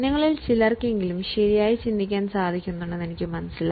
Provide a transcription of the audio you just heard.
നിങ്ങളിൽ ചിലർ ശരിയായി ഊഹിക്കുന്നുവെന്നു കരുതുന്നു